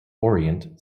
orient